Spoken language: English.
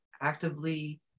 actively